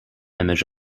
image